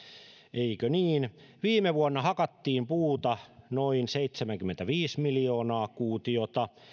eikö niin viime vuonna hakattiin puuta noin seitsemänkymmentäviisi miljoonaa kuutiota